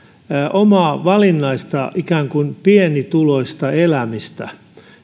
omaa valinnaista pienituloista elämistä